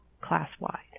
class-wide